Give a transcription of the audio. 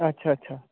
अच्छा अच्छा